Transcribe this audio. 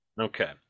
okay